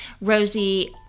rosie